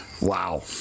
Wow